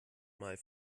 mal